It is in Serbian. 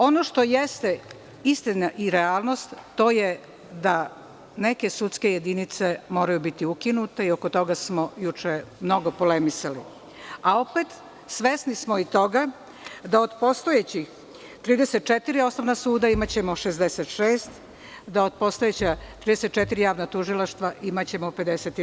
Ono što jeste istina i realnost, to je da neke sudske jedinice moraju biti ukinute i oko toga smo juče mnogo polemisali, a opet svesni smo i toga da od postojeća 34 osnovna suda imaćemo 66, da od postojeća 34 javna tužilaštva imaćemo 58.